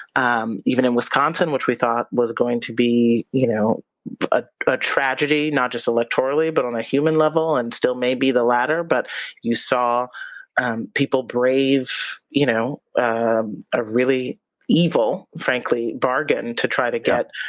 um even in wisconsin, which we thought was going to be you know ah a tragedy, not just electorally, but on a human level and still may be the latter. but you saw people brave you know a really evil, frankly, bargain to try to